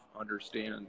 understand